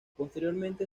posteriormente